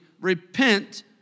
repent